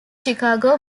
chicago